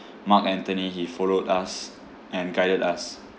mark anthony he followed us and guided us